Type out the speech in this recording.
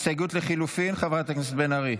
הסתייגות לחלופין, חברת הכנסת בן ארי?